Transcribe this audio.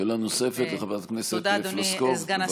שאלה נוספת לחברת הכנסת פלוסקוב, בבקשה.